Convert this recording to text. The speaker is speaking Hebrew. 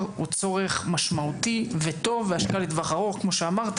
הוא צורך משמעותי וטוב והשקעה לטווח ארוך כמו שאמרת,